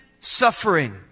suffering